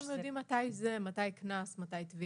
איך אתם יודעים מתי קנס, מתי תביעה?